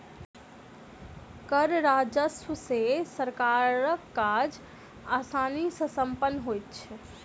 कर राजस्व सॅ सरकारक काज आसानी सॅ सम्पन्न होइत छै